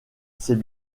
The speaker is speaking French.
c’est